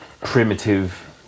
primitive